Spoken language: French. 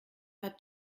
pas